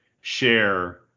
share